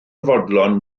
fodlon